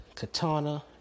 Katana